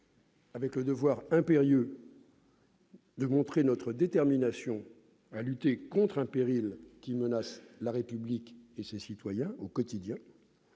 avons le devoir impérieux de montrer notre détermination à lutter contre un péril qui menace la République et ses citoyens au quotidien